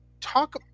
talk